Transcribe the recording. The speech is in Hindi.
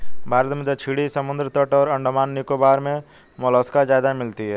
भारत में दक्षिणी समुद्री तट और अंडमान निकोबार मे मोलस्का ज्यादा मिलती है